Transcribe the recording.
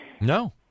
No